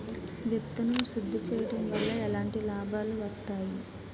విత్తన శుద్ధి చేయడం వల్ల ఎలాంటి లాభాలు వస్తాయి?